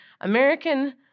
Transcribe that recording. American